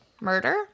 murder